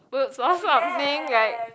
boobs or something like